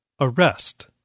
arrest